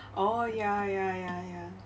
oh ya ya ya ya